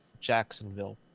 Jacksonville